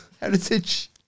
heritage